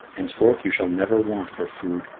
henceforth you shall never want for food,